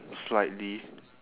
slightly